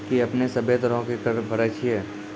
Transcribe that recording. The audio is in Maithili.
कि अपने सभ्भे तरहो के कर भरे छिये?